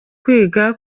kwiga